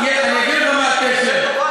חבר הכנסת דב חנין,